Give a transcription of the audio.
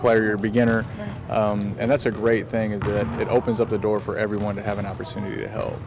player beginner and that's a great thing and it opens up the door for everyone to have an opportunity to help